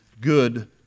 good